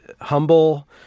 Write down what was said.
humble